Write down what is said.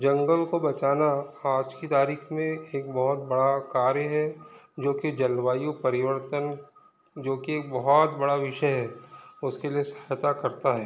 जंगल को बचाना आज की तारीख में एक बहुत बड़ा कार्य है जोकि जलवायु परिवर्तन जोकि एक बहुत बड़ा विषय है उसके लिए सहायता करता है